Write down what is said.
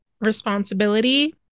responsibility